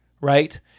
right